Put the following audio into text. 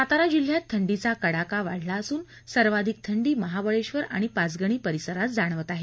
सातारा जिल्ह्यात थंडीचा कडाका वाढला असून सर्वाधिक थंडी महाबळेश्वर पाचगणी परिसरात जाणवत आहे